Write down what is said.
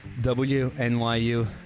WNYU